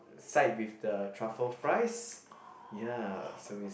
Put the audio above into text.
side with the truffle fries ya so is